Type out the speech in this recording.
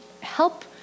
help